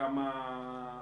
כן,